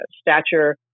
stature